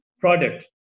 product